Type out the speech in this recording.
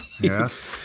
Yes